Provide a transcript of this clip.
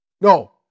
No